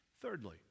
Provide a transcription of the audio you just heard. Thirdly